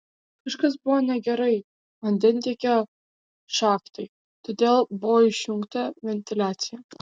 kažkas buvo negerai vandentiekio šachtai todėl buvo išjungta ventiliacija